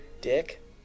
Dick